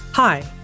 Hi